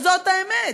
וזאת האמת.